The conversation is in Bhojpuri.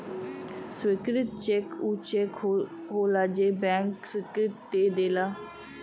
स्वीकृत चेक ऊ चेक होलाजे के बैंक स्वीकृति दे देला